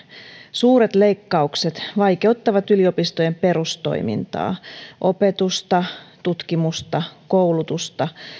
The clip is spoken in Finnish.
suuret leikkaukset vaikeuttavat yliopistojen perustoimintaa opetusta tutkimusta koulutusta